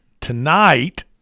Tonight